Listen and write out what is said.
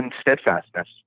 steadfastness